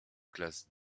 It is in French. classe